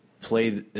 play